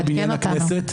תעדכן אותנו.